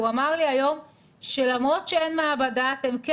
הוא אמר לי היום שלמרות שאין מעבדה אתם כן